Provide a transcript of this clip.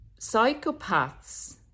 psychopaths